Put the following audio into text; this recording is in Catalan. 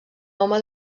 home